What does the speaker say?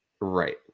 Right